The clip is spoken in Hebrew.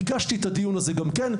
גם אני ביקשתי את הדיון הזה,